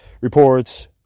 reports